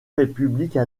républiques